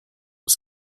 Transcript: was